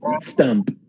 stump